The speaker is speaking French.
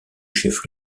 chef